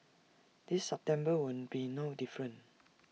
this September will be no different